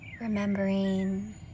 remembering